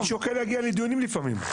אני שוקל להגיע לדיונים לפעמים.